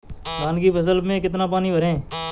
धान की फसल में कितना पानी भरें?